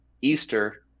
Easter